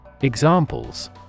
Examples